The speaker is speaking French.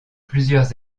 plusieurs